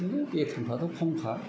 बिदिनो बेथनफ्राथ' खम खा